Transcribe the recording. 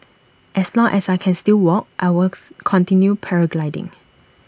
as long as I can still walk I walks continue paragliding